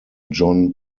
jon